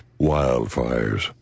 wildfires